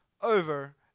over